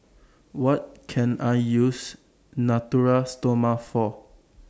What Can I use Natura Stoma For